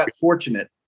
fortunate